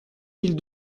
mille